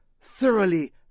thoroughly